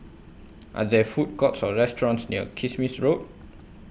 Are There Food Courts Or restaurants near Kismis Road